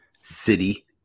city